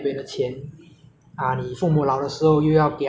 所以很多人就很喜欢退休去 xiu qu johor lah 这样